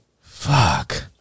Fuck